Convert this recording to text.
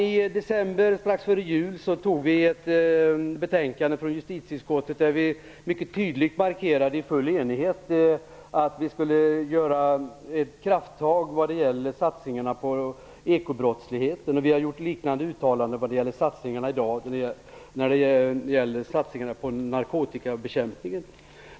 I december, strax före jul, antog vi förslag i ett betänkande från justitieutskottet där vi i full enighet mycket tydligt markerade att vi skulle göra ett krafttag vad gäller satsningarna på ekobrottsligheten. Vi har gjort liknande uttalanden i dag när det gäller satsningarna på narkotikabekämpningen.